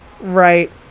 Right